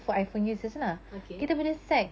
okay